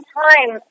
time